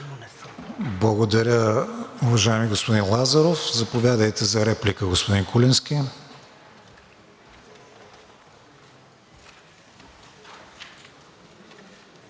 Благодаря, уважаеми господин Лазаров. Заповядайте за реплика, господин Куленски.